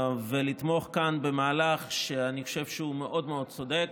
ולתמוך כאן במהלך שאני חושב שהוא מאוד מאוד צודק.